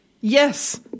Yes